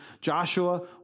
Joshua